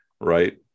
right